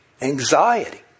anxiety